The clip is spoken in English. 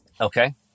Okay